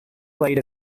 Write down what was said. played